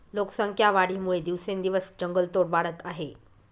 लोकसंख्या वाढीमुळे दिवसेंदिवस जंगलतोड वाढत आहे